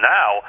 now